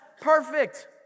perfect